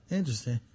Interesting